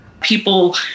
People